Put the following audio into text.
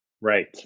Right